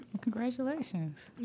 Congratulations